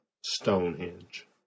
stonehenge